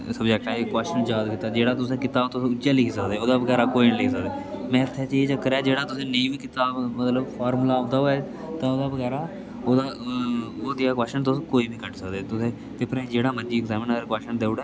subject ऐ जे question याद कीता जेह्ड़ा तुसें कीता तुस उयै लिखी सकदे ओह्दे बगैर कोई नि लिखी सकदे मैथै च एह् चक्कर ऐ जेह्ड़ा तुसें नेईं बी कीता होग मतलब फार्मुला औंदा होऐ तां ओह्दा बगैरा ओह्दा जेहा कोच्शन तुस कोई बी कड्डी सकदे तुसें पेपरें च जेह्ड़ा मर्जी अग्ज़ामंनर कोच्शन देई ओड़े